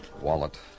Wallet